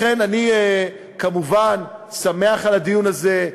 לכן אני, כמובן, שמח על הדיון הזה.